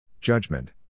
judgment